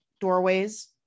doorways